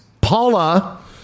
Paula